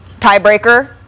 tiebreaker